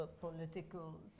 political